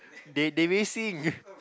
they they racing